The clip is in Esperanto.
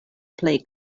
plej